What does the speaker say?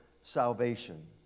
salvation